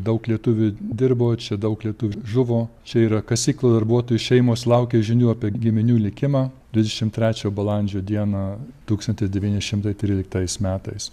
daug lietuvių dirbo čia daug lietuvių žuvo čia yra kasyklų darbuotojų šeimos laukia žinių apie giminių likimą dvidešim trečio balandžio dieną tūkstantis devyni šimtai tryliktais metais